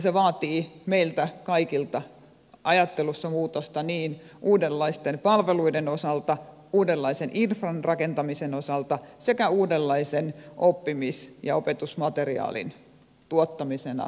se vaatii meiltä kaikilta ajattelussa muutosta niin uudenlaisten palveluiden osalta uudenlaisen infran rakentamisen osalta kuin uudenlaisen oppimis ja opetusmateriaalin tuottamisena ja ohjaamisena